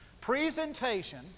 Presentation